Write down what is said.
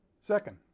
Second